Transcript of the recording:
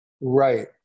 Right